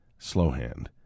Slowhand